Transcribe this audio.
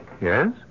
Yes